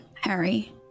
Harry